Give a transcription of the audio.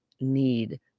need